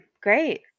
great